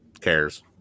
cares